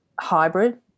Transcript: hybrid